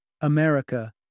America